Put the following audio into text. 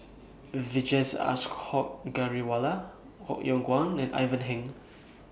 Vijesh Ashok Ghariwala Koh Yong Guan and Ivan Heng